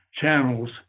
channels